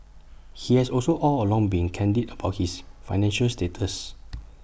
he has also all along been candid about his financial status